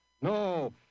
No